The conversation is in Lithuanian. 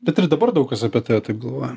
bet ir dabar daug kas apie tave taip galvoja